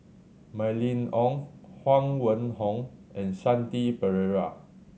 Mylene Ong Huang Wenhong and Shanti Pereira